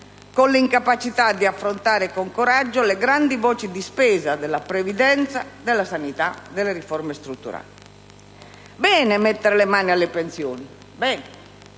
con l'incapacità di affrontare con coraggio le grandi voci di spesa della previdenza, della sanità, delle riforme strutturali. Va bene mettere le mani alle pensioni.